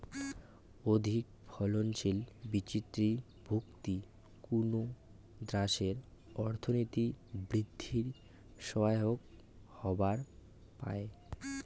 অধিকফলনশীল বীচির ভর্তুকি কুনো দ্যাশের অর্থনীতি বিদ্ধির সহায়ক হবার পায়